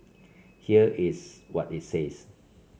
here is what it says